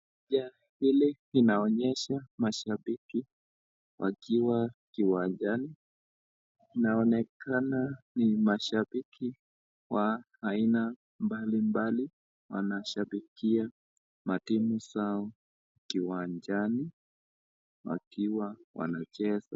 Picha ile inaonyesha mashapiki wakiwa kiwanjani inaonekana ni mashapiki wa aina mbalimbali wanashapikia matimu zao kiwanjani wakiwa wanacheza